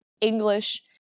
English